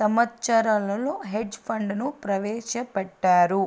సంవచ్చరంలో hedge fund ను ప్రవేశపెట్టారు